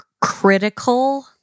critical